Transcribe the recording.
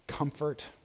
comfort